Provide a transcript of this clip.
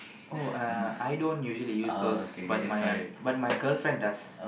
oh uh I don't usually use those but my uh but my girlfriend does